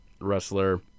wrestler